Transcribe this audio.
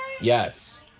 Yes